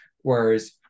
whereas